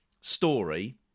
story